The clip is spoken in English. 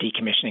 decommissioning